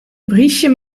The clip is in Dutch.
briesje